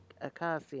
Acacia